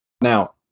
Now